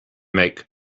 make